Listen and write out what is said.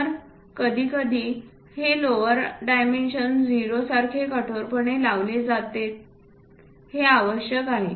तर कधीकधी हे लोअर डायमेन्शन 0 सारखे कठोरपणे लावले जावेत हे आवश्यक आहे